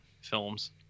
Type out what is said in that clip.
films